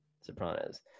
Sopranos